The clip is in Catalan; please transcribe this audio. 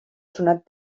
sonat